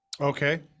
Okay